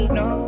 no